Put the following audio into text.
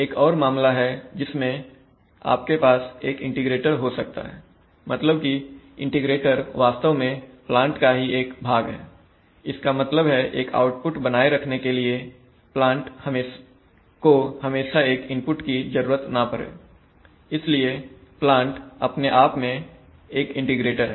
एक और मामला है जिसमें आपके पास एक इंटीग्रेटर हो सकता है मतलब की इंटीग्रेटर वास्तव में प्लांट का ही एक भाग है इसका मतलब है एक आउटपुट बनाए रखने के लिए प्लांट को हमेशा एक इनपुट की जरूरत ना पड़े इसलिए प्लांट अपने आप में एक इंटीग्रेटर है